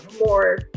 more